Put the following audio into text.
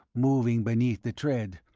moving beneath the tread,